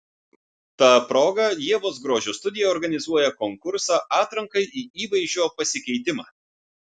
ta proga ievos grožio studija organizuoja konkursą atrankai į įvaizdžio pasikeitimą